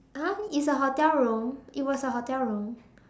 !huh! it's a hotel room it was a hotel room